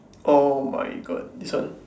oh my god this one